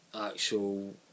actual